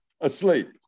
Asleep